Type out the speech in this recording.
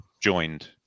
joined